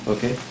Okay